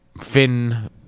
finn